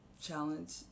challenge